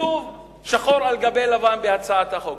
כתוב שחור על גבי לבן בהצעת החוק.